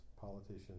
politicians